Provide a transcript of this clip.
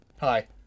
Hi